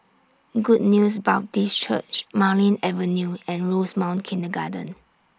Good News Baptist Church Marlene Avenue and Rosemount Kindergarten